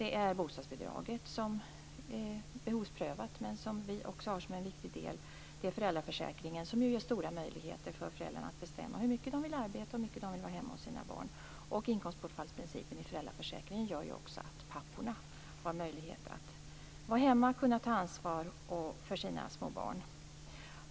Det är bostadsbidraget, som är behovsprövat men som också är en viktig del. Det är föräldraförsäkringen, som ger stora möjligheter för föräldrarna att bestämma hur mycket de vill arbeta och hur mycket de vill vara hemma hos sina barn. Inkomstbortfallsprincipen i föräldraförsäkringen gör också att papporna har möjlighet att vara hemma och ta ansvar för sina små barn.